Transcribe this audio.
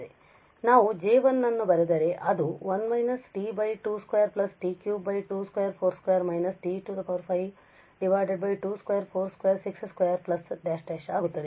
ಮತ್ತು ನಾವು J1 ಅನ್ನು ಬರೆದರೆ ಅದು 1 − t 2 2 t 3 2 24 2 − t 5 2 24 26 2 ⋯ ಆಗುತ್ತದೆ